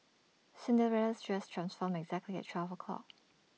Cinderella's dress transformed exactly at twelve o' clock